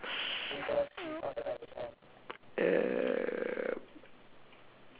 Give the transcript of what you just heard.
err